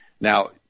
Now